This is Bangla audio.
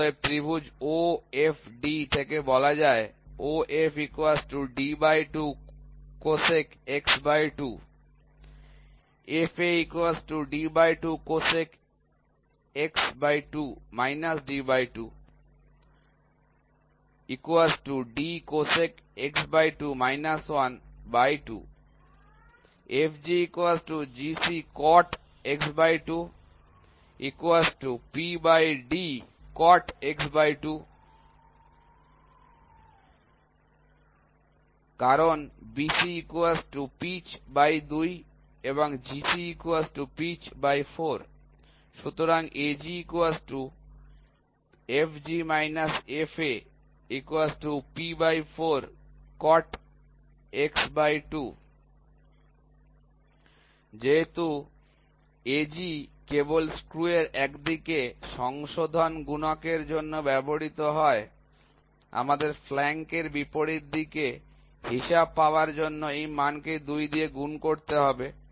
অতএব ত্রিভুজ OFD থেকে বলা যায় সুতরাং যেহেতু AG কেবল স্ক্রু র একদিকে সংশোধন গুণক এর জন্য ব্যবহৃত হয় আমাদের ফ্ল্যাঙ্ক এর বিপরীত দিকে হিসাব পাওয়ার জন্য এই মান কে 2 দিয়ে গুণ করতে হবে